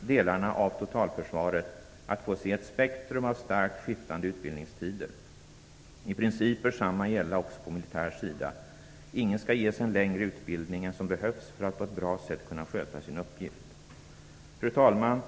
delarna av totalförsvaret att få se ett spektrum av starkt skiftande utbildningstider. I princip bör detsamma gälla också på militär sida. Ingen skall ges en längre utbildning än som behövs för att på ett bra sätt kunna sköta sin uppgift. Fru talman!